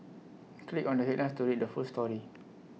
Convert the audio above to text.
click on the headlines to read the full story